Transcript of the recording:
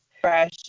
Fresh